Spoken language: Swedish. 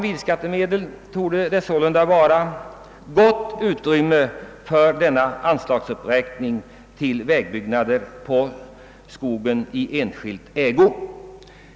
Bilskattemedlen räcker sålunda väl till för en anslagsuppräkning till vägbyggen i skogar som är i enskild ägo.